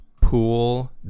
pool